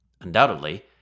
Undoubtedly